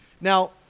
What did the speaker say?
Now